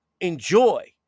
enjoy